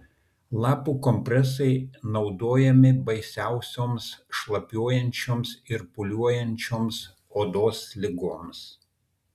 lapų kompresai naudojami baisiausioms šlapiuojančios ir pūliuojančioms odos ligoms